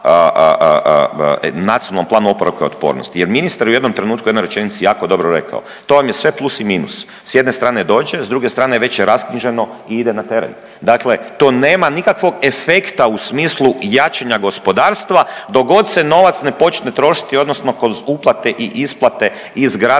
smislu temeljiti upravo na NPOO-u jer ministar je u jednom trenutku u jednoj rečenici jako dobro rekao, to vam je sve plus i minus, s jedne strane dođe, s druge strane već je rasknjiženo i ide na teren, dakle to nema nikakvog efekta u smislu jačanja gospodarstva dok god se novac ne počne trošiti odnosno kroz uplate i isplate iz gradskih,